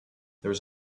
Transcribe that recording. there